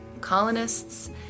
colonists